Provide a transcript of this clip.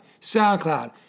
SoundCloud